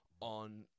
on